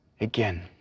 again